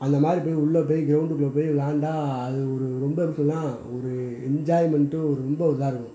அந்த மாதிரி போய் உள்ளே போய் க்ரவுண்டு குள்ளே போய் விளையாண்டா அது ஒரு ரொம்ப எப்படி சொல்கிறதுனா ஒரு என்ஜாய்மெண்ட்டும் ரொம்ப ஒரு இதாக இருக்கும்